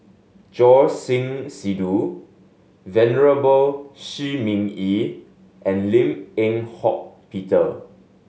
Choor Singh Sidhu Venerable Shi Ming Yi and Lim Eng Hock Peter